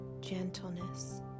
gentleness